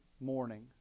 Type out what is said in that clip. morning